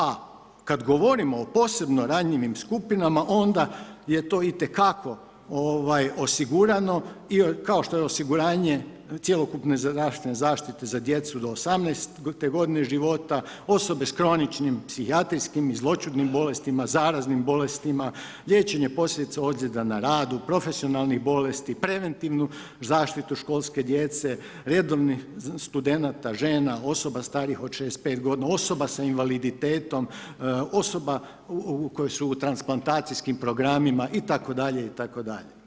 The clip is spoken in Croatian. A kada govorimo o posebno ranjivim skupinama onda je to itekako osigurano i kao što je osiguranje cjelokupne zdravstvene zaštite za djecu do 18-te godine života, osobe sa kroničnim psihijatrijskim i zloćudnim bolestima, zaraznim bolestima, liječenje posljedica ozljeda na radu, profesionalnih bolesti, preventivnu zaštitu školske djece, redovnih studenata, žena, osoba starijih od 65 godina, osoba sa invaliditetom, osoba koje su u transplantacijskim programima itd., itd.